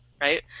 right